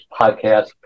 podcast